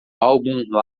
álbum